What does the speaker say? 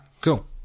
Cool